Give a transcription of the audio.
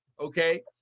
Okay